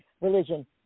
religion